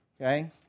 okay